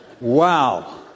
Wow